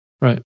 Right